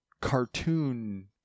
cartoon